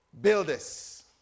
Builders